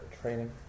training